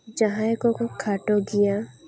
ᱡᱟᱦᱟᱸᱭ ᱠᱚᱠᱚ ᱠᱷᱟᱴᱚ ᱜᱮᱭᱟ